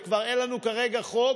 וכבר אין לנו כרגע חוק,